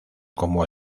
como